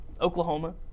Oklahoma